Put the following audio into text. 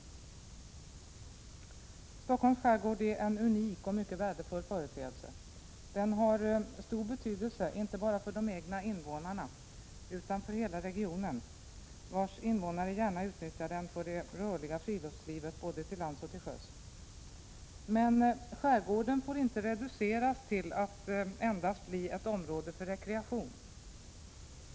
Stockholms skärgård är en unik och mycket värdefull företeelse. Den har stor betydelse, inte bara för de egna invånarna utan för hela regionen, vars invånare gärna utnyttjar den för det rörliga friluftslivet både till lands och till sjöss. Men skärgården får inte reduceras till att endast bli ett område för rekreation.